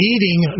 Eating